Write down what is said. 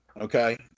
okay